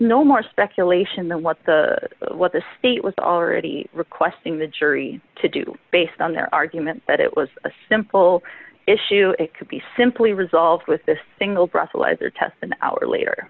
no more speculation that what the what the state was already requesting the jury to do based on their argument that it was a simple issue it could be simply resolved with this single proselytizer test an hour later